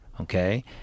okay